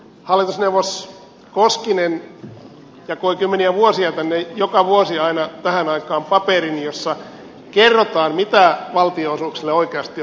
hallitusneuvos koskinen jakoi kymmeniä vuosia tänne joka vuosi aina tähän aikaan paperin jossa kerrotaan mitä valtionosuuksille oikeasti on tapahtunut